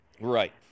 right